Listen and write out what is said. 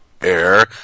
air